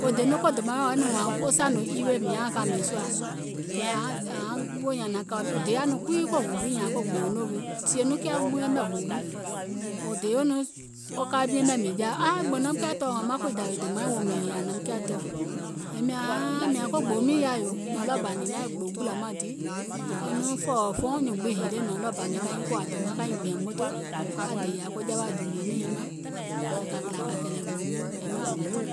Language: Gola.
wò dè nɔŋ ko dòmaìŋ woȧ nɔŋ wȧȧŋ sȧnò eric mìŋ yȧauŋ kȧmè sùȧ, kɛ̀ ȧuŋ woò nyȧȧŋ deyȧ nɔŋ kui ko hùu wii ko gboouŋ noo wii, sìè nɔŋ kiȧ yɛmɛ̀ hùu wii, wò deye nɔŋ wo ka woim yɛmɛ̀ miŋ jaa, aa ɓòò naum kiȧ tɔɔ̀, wȧȧŋ maŋ kui dȧwè domaiŋ weèum yèè ȧŋ naim kiȧ tɔɔ̀, yèè mìàŋ ko gbòò miìŋ yaȧ yòò, nɔ̀ɔŋ ɗɔɔ bȧ ngèè naȧŋ e gbòò ɓùlȧ maŋ di e nɔ̀ŋ fɔ̀ɔ̀wɔ̀ fuŋ nyùùŋ gbiŋ hile, nɔ̀ɔŋ ɗɔɔ bȧ ngèè ka nyiŋ kòȧ dòmaŋ ka nyiŋ gbìȧŋ motò aŋ dèyȧ ko jawa dìnìè nɛ̀ŋ nyiŋ mȧŋ kɛ̀ kȧ kìlȧ kȧ kɛ́ɛ̀ gboo mio, yɛ̀ì nɔŋ ȧŋ gɛtìm.